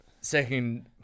second